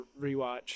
rewatch